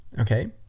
okay